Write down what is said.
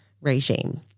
regime